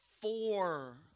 four